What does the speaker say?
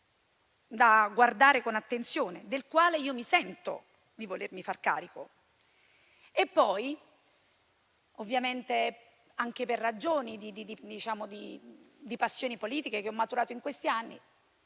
da guardare con attenzione e del quale mi sento di farmi carico. Poi, anche per ragioni di passioni politiche che ho maturato in questi anni,